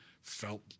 felt